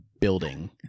building